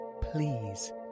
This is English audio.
please